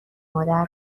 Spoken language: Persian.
مادر